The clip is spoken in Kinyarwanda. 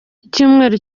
icyumweru